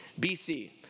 bc